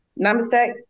Namaste